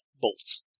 bolts